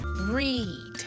read